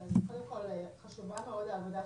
אני חושבת שנתיים,